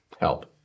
Help